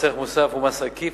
מס ערך מוסף הוא מס עקיף,